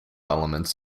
elements